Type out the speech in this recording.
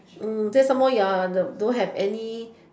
then some more the you are don't have any